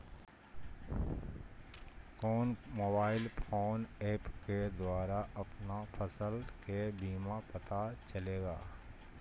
कौन mobile phone app के द्वारा अपन फसल के कीमत पता चलेगा?